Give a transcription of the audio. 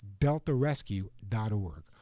deltarescue.org